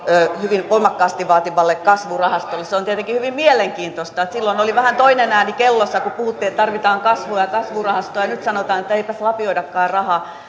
hyvin voimakkaasti vaatimalle kasvurahastolle se on tietenkin hyvin mielenkiintoista silloin oli vähän toinen ääni kellossa kun puhuttiin että tarvitaan kasvua ja kasvurahastoa ja nyt sanotaan että eipäs lapioidakaan rahaa